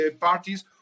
parties